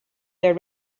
their